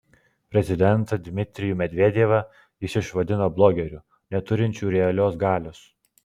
prezidentą dmitrijų medvedevą jis išvadino blogeriu neturinčiu realios galios